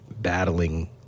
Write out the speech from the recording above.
battling